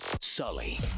sully